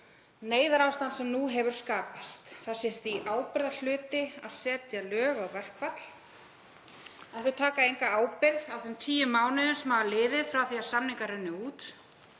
neyðarástands sem nú hefur skapast. Það sé ábyrgðarhluti að setja lög á verkfall. En þau taka enga ábyrgð á þeim tíu mánuðum sem hafa liðið frá því að samningar runnu